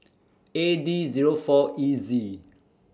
A D Zero four E Z